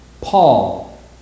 Paul